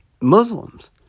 Muslims